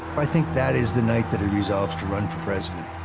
i think that is the night that he resolves to run for president.